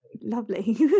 lovely